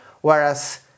Whereas